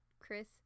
Chris